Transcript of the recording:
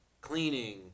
cleaning